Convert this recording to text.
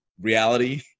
reality